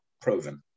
proven